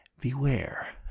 beware